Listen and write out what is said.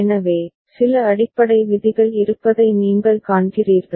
எனவே சில அடிப்படை விதிகள் இருப்பதை நீங்கள் காண்கிறீர்கள்